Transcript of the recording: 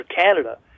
Canada